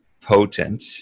potent